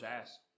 ass